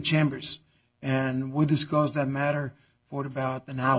chambers and we discussed that matter what about